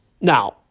Now